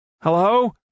Hello